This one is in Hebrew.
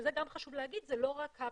שזה גם, חשוב להגיד, לא רק האפליקציה,